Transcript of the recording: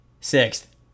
sixth